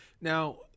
Now